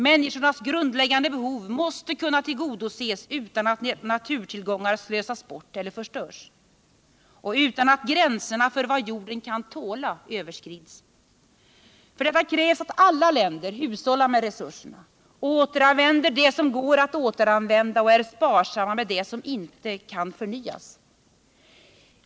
Människornas grundläggande behov måste kunna tillgodoses utan att naturtillgångar slösas bort eller förstörs och utan att gränserna för vad jorden kan tåla överskrids. För detta krävs att alla länder hushållar med resurserna, återanvänder det som går att återanvända och är sparsamma med det som inte kan förnyas.